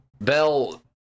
Bell